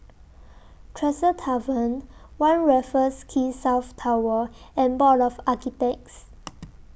Tresor Tavern one Raffles Quay South Tower and Board of Architects